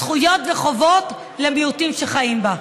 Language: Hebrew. זכויות וחובות למיעוטים שחיים בה.